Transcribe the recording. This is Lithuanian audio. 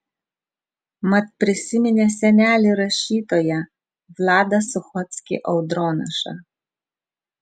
mat prisiminė senelį rašytoją vladą suchockį audronašą